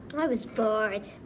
i was bored.